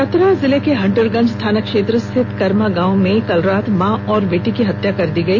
चतरा जिले के हंटरगंज थाना क्षेत्र रिथत करमा गांव में बीती रात मां और बेटी की हत्या कर दी गई